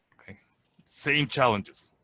same challenges.